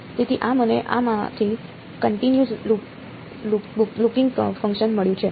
તેથી આ મને આ માંથી કંટિન્યુસ લૂકિંગ ફંકશન મળ્યું છે